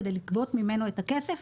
כדי לגבות ממנו את הכסף.